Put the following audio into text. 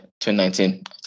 2019